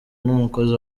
n’umukozi